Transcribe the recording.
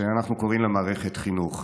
שאנחנו קוראים לה מערכת חינוך.